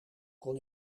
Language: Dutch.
kon